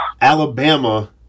Alabama